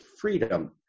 freedom